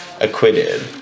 acquitted